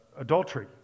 adultery